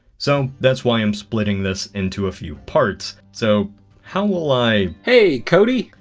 so, that's why i'm splitting this into a few parts. so how will i. hey cody!